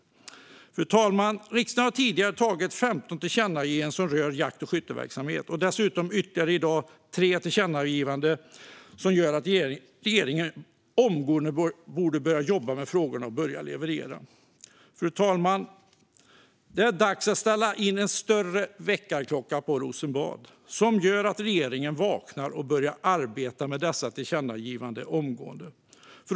Fru talman! Riksdagen har tidigare riktat femton tillkännagivanden som rör jakt och skytteverksamhet. I dag har riksdagen riktat ytterligare tre tillkännagivanden. Detta gör att regeringen omgående borde börja jobba med frågorna och börja leverera. Fru talman! Det är dags att ställa in en större väckarklocka på Rosenbad som gör att regeringen vaknar och börjar arbeta med dessa tillkännagivanden omgående.